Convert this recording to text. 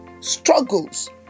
struggles